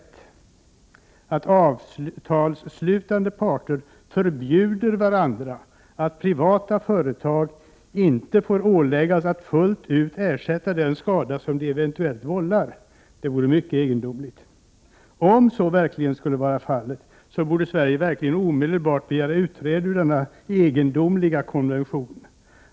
Det vore mycket egendomligt om avtalsslutande parter förbjöd varandra att ålägga privata företag att fullt ut ersätta den skada som de eventuellt vållar. Om så verkligen skulle vara fallet, borde Sverige verkligen omedelbart frånträda denna egendomliga konvention.